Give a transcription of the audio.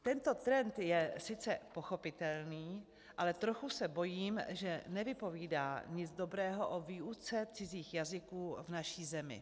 Tento trend je sice pochopitelný, ale trochu se bojím, že nevypovídá nic dobrého o výuce cizích jazyků v naší zemi.